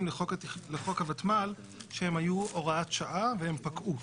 לחוק הוותמ"ל שהם היו הוראת שעה והם פקעו.